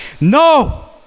no